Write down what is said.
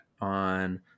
on